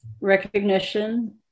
recognition